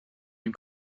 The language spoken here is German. dem